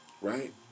right